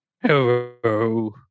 Hello